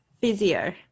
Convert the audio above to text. physio